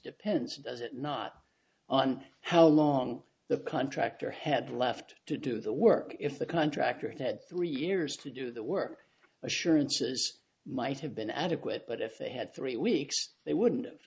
depends does it not on how long the contractor had left to do the work if the contractor had three years to do the work assurances might have been adequate but if they had three weeks they wouldn't have